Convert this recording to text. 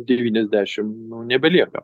devyniasdešim nebelieka